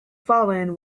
fallen